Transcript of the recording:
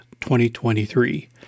2023